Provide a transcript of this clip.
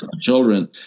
children